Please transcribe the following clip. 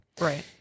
Right